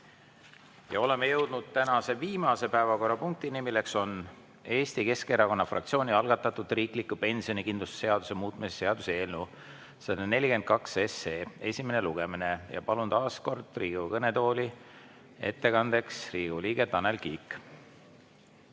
Oleme jõudnud tänase viimase päevakorrapunktini, milleks on Eesti Keskerakonna fraktsiooni algatatud riikliku pensionikindlustuse seaduse muutmise seaduse eelnõu 142 esimene lugemine. Palun taas kord Riigikogu kõnetooli ettekandeks, Riigikogu liige Tanel Kiik!